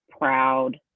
proud